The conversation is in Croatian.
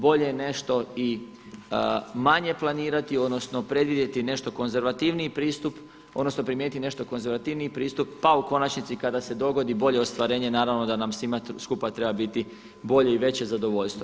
Bolje nešto i manje planirati odnosno predvidjeti nešto konzervativniji pristup odnosno primijeniti nešto konzervativniji pristup, pa u konačnici kada se dogodi bolje ostvarenje naravno da nam svima skupa treba biti bolje i veće zadovoljstvo.